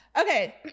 okay